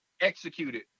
executed